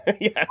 Yes